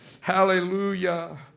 Hallelujah